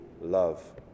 love